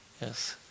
Yes